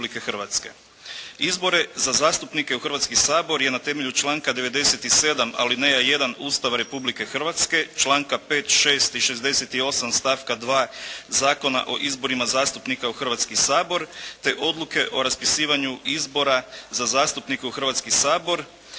Izbore za zastupnike u Hrvatski sabor je na temelju članka 97. alineja 1. Ustava Republike Hrvatske članka 5., 6. i 68. stavka 2. Zakona o izborima zastupnika u Hrvatski sabor te odluke o raspisivanju izbora za zastupnike u Hrvatski sabor,